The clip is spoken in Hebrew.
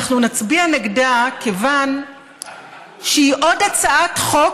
אנחנו נצביע נגדה כיוון שהיא עוד הצעת חוק